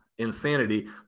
insanity